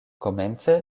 komence